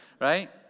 right